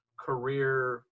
career